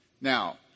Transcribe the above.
Now